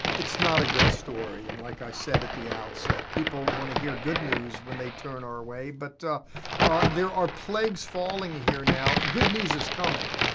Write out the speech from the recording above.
it's not a good story. and like i said at the outset, people wanna hear good news when they turn our way, but there are plagues falling here now. good news is coming,